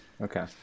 Okay